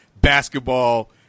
basketball